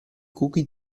cookie